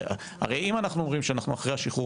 הרי אם אנחנו אומרים שאנחנו אחרי השחרור